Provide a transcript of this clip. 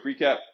recap